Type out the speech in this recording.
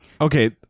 okay